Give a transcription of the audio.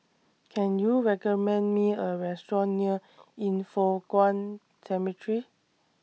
Can YOU recommend Me A Restaurant near Yin Foh Kuan Cemetery